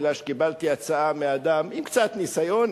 בגלל שקיבלתי הצעה מאדם עם קצת ניסיון,